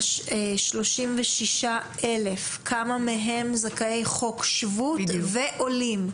מתוך ה-36,000, כמה מהם זכאי חוק השבות ועולים?